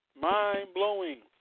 Mind-blowing